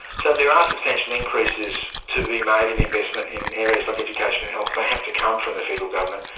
so if are ah substantial increases to be made in investment in areas like education and health, they have to come from the federal government.